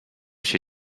się